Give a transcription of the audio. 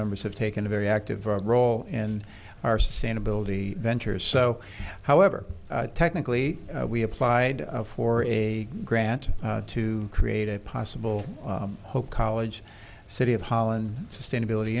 members have taken a very active role in our san ability venters so however technically we applied for a grant to create a possible hope college city of holland sustainability